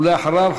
ולאחריו,